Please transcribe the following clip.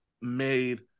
made